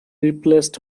replaced